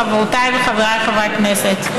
חברותיי וחבריי חברי הכנסת,